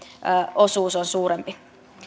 osuus on suurempi